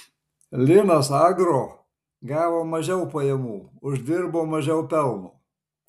linas agro gavo mažiau pajamų uždirbo mažiau pelno